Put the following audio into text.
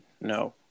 No